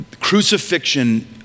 Crucifixion